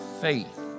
faith